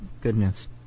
goodness